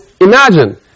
Imagine